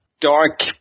dark